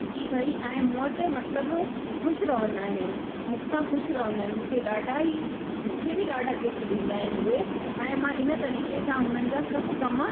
कि भई ऐं मूं वटि मतिलबु ख़ुशि रहंदा आहिनि मूंसां ख़ुशि रहंदा आहिनि मूंखे ॾाढा हीउ मूंखे बि ॾाढा गिफ्ट ॾींदा आहिनि उहे ऐं मां इन तरीक़े सां उन्हनि जा सभु कमु